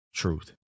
truth